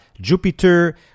Jupiter